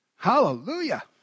Hallelujah